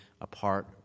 apart